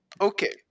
Okay